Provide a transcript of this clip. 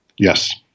Yes